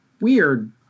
weird